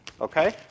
okay